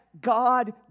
God